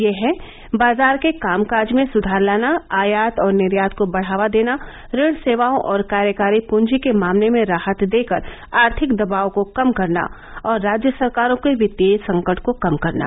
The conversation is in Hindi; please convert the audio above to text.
ये हैं बाजार के कामकाज में स्धार लाना आयात और निर्यात को बढ़ावा देना ऋण सेवाओं और कार्यकारी पूंजी के मामले में राहत देकर आर्थिक दबाव को कम करना और राज्य सरकारों के वित्तीय संकट को कम करना